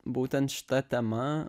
būtent šita tema